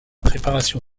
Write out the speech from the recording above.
préparation